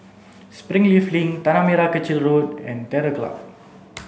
Springleaf Link Tanah Merah Kechil Road and Terror Club